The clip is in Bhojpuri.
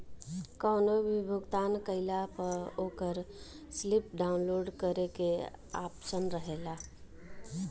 कवनो भी भुगतान कईला पअ ओकर स्लिप डाउनलोड करे के आप्शन रहेला